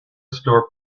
store